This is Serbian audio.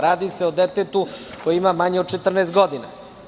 Radi se o detetu koje ima manje od 14 godina.